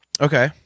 Okay